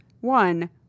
one